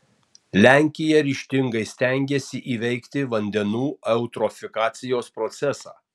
lenkija ryžtingai stengiasi įveikti vandenų eutrofikacijos procesą